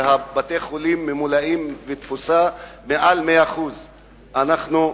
ובתי-החולים מלאים בתפוסה של מעל 100%. אנחנו מלאים.